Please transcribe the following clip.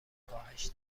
کاهش